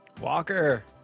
Walker